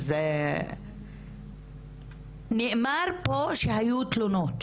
אז נאמר פה שהיו תלונות